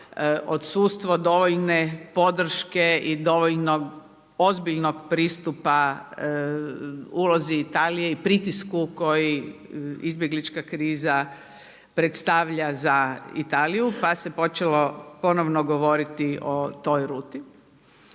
odsustvo dovoljne podrške i dovoljno ozbiljnog pristupa ulozi Italije i pritisku koji izbjeglička kriza predstavlja za Italiju, pa se počelo ponovno govoriti o toj ruti.